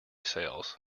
sales